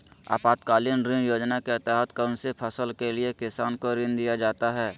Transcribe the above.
आपातकालीन ऋण योजना के तहत कौन सी फसल के लिए किसान को ऋण दीया जाता है?